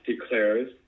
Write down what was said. declares